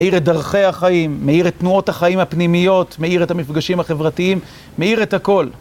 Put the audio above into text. מאיר את דרכי החיים, מאיר את תנועות החיים הפנימיות, מאיר את המפגשים החברתיים, מאיר את הכול.